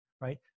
right